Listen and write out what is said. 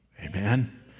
Amen